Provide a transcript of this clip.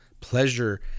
pleasure